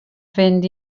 fynd